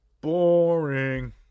Boring